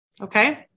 Okay